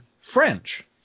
French